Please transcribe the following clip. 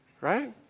right